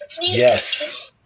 Yes